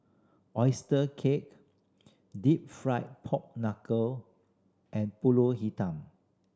oyster cake Deep Fried Pork Knuckle and Pulut Hitam